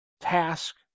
task